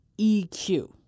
EQ